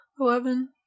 Eleven